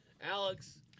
Alex